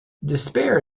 despair